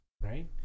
right